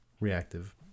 reactive